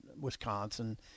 Wisconsin